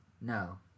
No